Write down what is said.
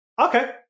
Okay